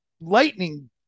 lightning